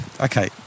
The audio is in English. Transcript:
okay